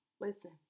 listen